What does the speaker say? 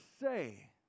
say